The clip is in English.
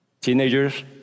teenagers